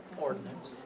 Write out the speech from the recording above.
ordinance